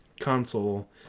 console